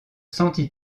senti